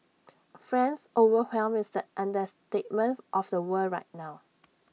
friends overwhelmed is the understatement of the world right now